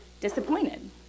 disappointed